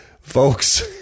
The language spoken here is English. folks